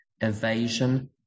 evasion